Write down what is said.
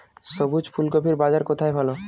সবুজ ফুলকপির বাজার কোথায় ভালো?